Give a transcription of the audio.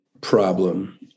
problem